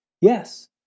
Yes